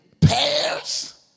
pairs